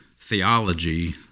Theology